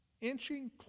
inching